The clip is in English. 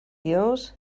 yours